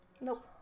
Nope